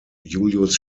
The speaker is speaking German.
julius